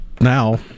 now